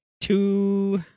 two